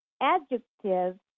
adjective